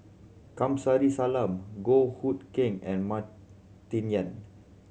Kamsari Salam Goh Hood Keng and Martin Yan